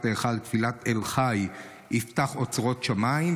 ההיכל תפילת "אל חי יפתח אוצרות שמיים",